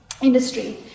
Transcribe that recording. industry